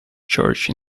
church